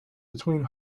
between